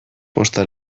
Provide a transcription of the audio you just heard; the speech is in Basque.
posta